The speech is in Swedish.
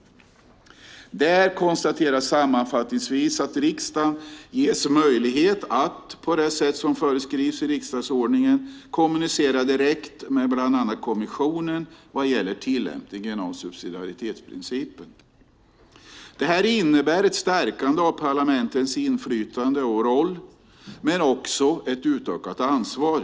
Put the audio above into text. Där konstateras sammanfattningsvis att riksdagen ges möjlighet att, på det sätt som föreskrivs i riksdagsordningen, kommunicera direkt med bland annat kommissionen vad gäller tillämpningen av subsidiaritetsprincipen. Det innebär ett stärkande av parlamentens inflytande och roll men också ett utökat ansvar.